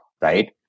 right